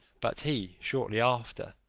but he shortly after,